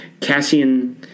Cassian